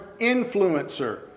Influencer